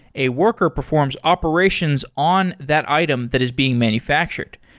a worker performs operations on that item that is being manufactured.